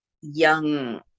young